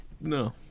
no